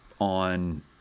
on